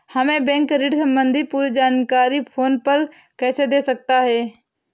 हमें बैंक ऋण संबंधी पूरी जानकारी फोन पर कैसे दे सकता है?